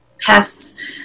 pests